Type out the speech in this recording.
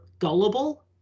Gullible